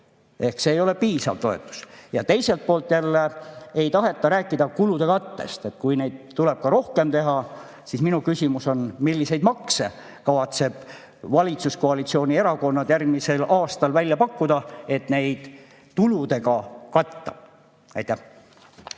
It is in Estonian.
et see ei ole piisav toetus. Ja teiselt poolt ei taheta rääkida kulude kattest. Kui kulusid tuleb rohkem teha, siis minu küsimus on, milliseid makse kavatsevad valitsuskoalitsiooni erakonnad järgmisel aastal välja pakkuda, et neid tuludega katta. Aitäh!